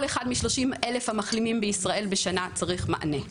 כל אחד מ-30 אלף המחלימים בישראל בשנה צריך לקבל מענה,